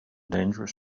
dangerous